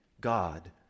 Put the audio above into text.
God